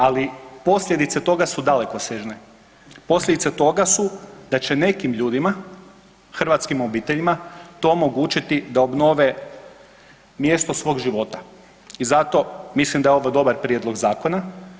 Ali posljedice toga su dalekosežne, posljedice toga su da će nekim ljudima, hrvatskim obiteljima to omogućiti da obnove mjesto svog života i zato mislim da je ovo dobar prijedlog zakona.